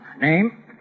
Name